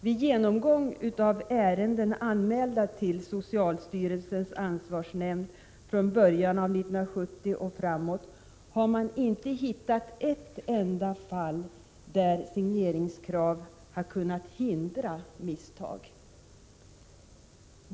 Vid genomgång av ärenden anmälda till socialstyrelsens ansvarsnämnd från början av 1970 och framåt har man inte hittat ett enda fall där signeringskrav hade kunnat hindra misstag.